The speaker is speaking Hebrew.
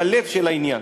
הלב של העניין.